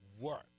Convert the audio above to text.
work